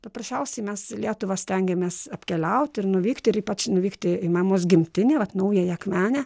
paprasčiausiai mes lietuvą stengiamės apkeliauti ir nuvykti ir ypač nuvykti į mamos gimtinę vat naująją akmenę